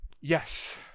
Yes